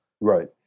Right